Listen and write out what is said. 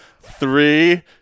Three